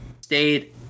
stayed